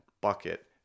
bucket